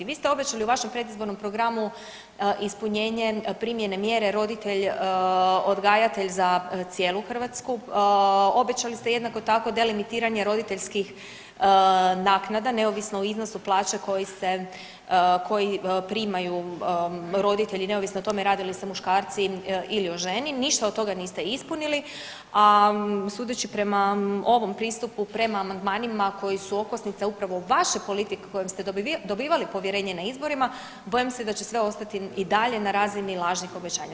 Vi ste obećali u svom predizbornom programu ispunjenje primjene mjere roditelj odgajatelj za cijelu Hrvatsku, obećali ste jednako tako delimitiranje roditeljskih naknada neovisno o iznosu plaća koji ste, koji primaju roditelji neovisno o tome radi li se o muškarcu ili o ženi, ništa od toga niste ispunili, a sudeći prema ovom pristupu prema amandmanima koji su okosnica upravo vaše politike kojom ste dobivali povjerenje na izborima bojim se da će sve ostati i dalje na razini lažnih obećanja.